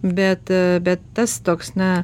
bet bet tas toks na